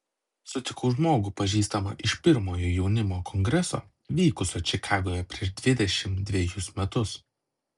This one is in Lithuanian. sutikau žmogų pažįstamą iš pirmojo jaunimo kongreso vykusio čikagoje prieš dvidešimt dvejus metus